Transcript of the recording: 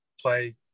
play